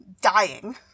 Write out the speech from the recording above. dying